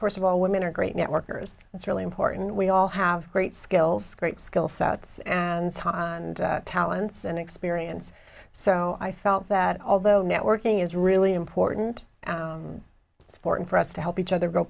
first of all women are great networkers that's really important we all have great skills great skill sets and time and talents and experience so i felt that although networking is really important sporting for us to help each other